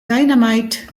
dynamite